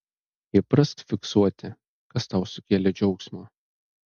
įprask fiksuoti kas tau sukėlė džiaugsmo